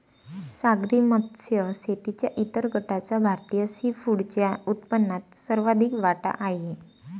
सागरी मत्स्य शेतीच्या इतर गटाचा भारतीय सीफूडच्या उत्पन्नात सर्वाधिक वाटा आहे